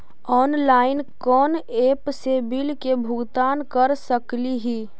Online कोन app से bill के भुगतान कर सकली ही?